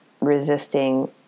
resisting